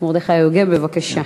מרדכי יוגב, בבקשה.